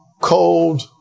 cold